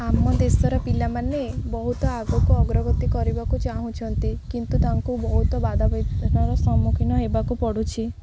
ଆମ ଦେଶର ପିଲାମାନେ ବହୁତ ଆଗକୁ ଅଗ୍ରଗତି କରିବାକୁ ଚାହୁଁଛନ୍ତି କିନ୍ତୁ ତାଙ୍କୁ ବହୁତ ବାଧାବିଘ୍ନର ସମ୍ମୁଖୀନ ହେବାକୁ ପଡ଼ୁଛି